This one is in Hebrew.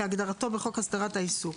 כהגדרתו בחוק הסדרת העיסוק,